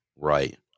right